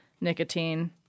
nicotine